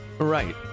Right